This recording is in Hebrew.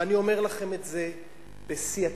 ואני אומר לכם את זה בשיא הכנות: